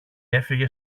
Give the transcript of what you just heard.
έφυγε